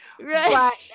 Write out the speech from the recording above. Right